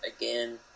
again